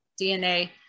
DNA